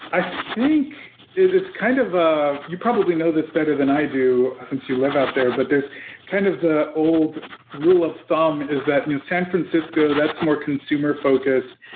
i think it's kind of ah you probably know this better than i do, since you live out there, but there's kind of the old rule of thumb, is that san francisco, that's more consumer focused.